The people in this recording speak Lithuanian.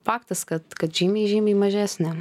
faktas kad kad žymiai žymiai mažesnė